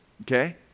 okay